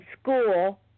school